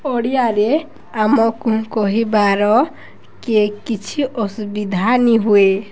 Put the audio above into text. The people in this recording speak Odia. ଓଡ଼ିଆରେ ଆମକୁ କହିବାର କିଏ କିଛି ଅସୁବିଧା ନିହୁଏ